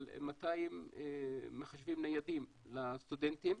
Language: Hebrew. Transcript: על 200 מחשבים ניידים לסטודנטים,